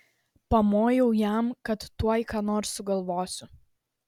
pamojau jam kad tuoj ką nors sugalvosiu